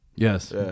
Yes